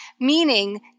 meaning